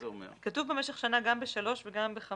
כתוב במשך שנה גם ב-(3) וגם ב-(5).